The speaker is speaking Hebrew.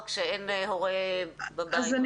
כשאין הורה בבית.